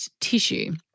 tissue